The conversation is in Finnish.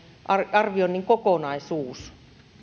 arvioinnin kokonaisuus